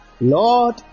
Lord